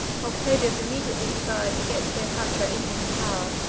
octavius immediately desired to get cleopatra into his power.